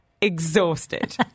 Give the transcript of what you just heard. exhausted